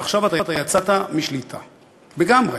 ועכשיו אתה יצאת משליטה לגמרי,